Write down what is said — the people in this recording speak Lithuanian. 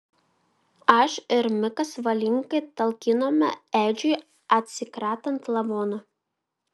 aš ir mikas valingai talkinome edžiui atsikratant lavono